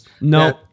No